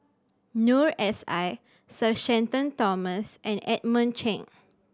Noor S I Sir Shenton Thomas and Edmund Cheng